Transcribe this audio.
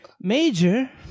Major